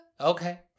Okay